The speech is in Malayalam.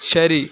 ശരി